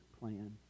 plan